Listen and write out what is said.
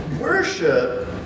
worship